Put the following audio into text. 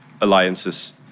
alliances